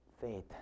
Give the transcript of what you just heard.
faith